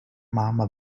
mama